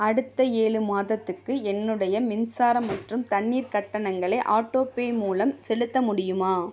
அடுத்த ஏழு மாதத்துக்கு என்னுடைய மின்சார மற்றும் தண்ணீர் கட்டணங்களை ஆட்டோபே மூலம் செலுத்த முடியுமா